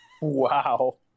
Wow